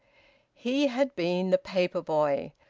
he had been the paper boy,